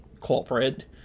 corporate